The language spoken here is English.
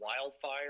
Wildfire